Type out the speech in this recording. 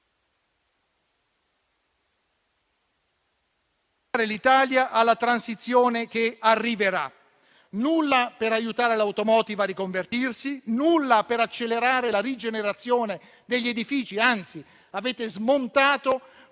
l'Italia alla transizione che arriverà, nulla per aiutare l'*automotive* a riconvertirsi, nulla per accelerare la rigenerazione degli edifici. Anzi, avete smontato